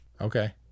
Okay